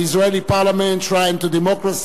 the Israeli parliament, shrine of democracy.